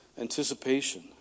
Anticipation